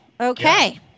Okay